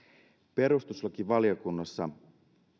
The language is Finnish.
perustuslakivaliokunnassa